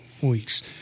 weeks